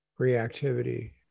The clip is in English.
reactivity